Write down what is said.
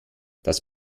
das